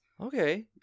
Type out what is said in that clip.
Okay